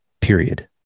Period